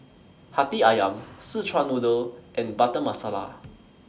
Hati Ayam Szechuan Noodle and Butter Masala